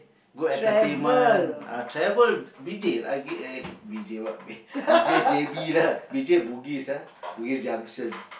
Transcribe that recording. good entertainment ah travel I get eh B_J what B_J J_B lah B_J Bugis ah Bugis-Junction